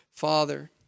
Father